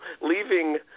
leaving